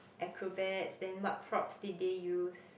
acrobats then what props did they use